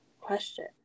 question